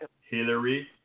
Hillary